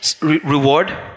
Reward